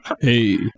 Hey